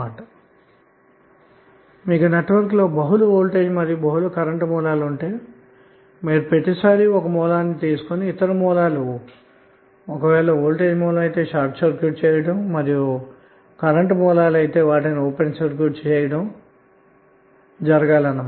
కాబట్టిఒక వేళ మీ నెట్వర్క్ గనక బహుళమైన వోల్టేజ్ మరియు కరెంట్ సోర్స్ లను కలిగి ఉంటె మీరు ప్రతిసారి ఒక సోర్స్ ని మాత్రమే పరిగణన లోకి తీసుకొని ఇతర వోల్టేజ్ సోర్స్ లను షార్ట్ సర్క్యూట్ మరియు కరెంటు సోర్స్ లను ఓపెన్ సర్క్యూట్ చేయాలి అన్న మాట